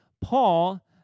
Paul